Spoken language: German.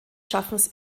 schaffens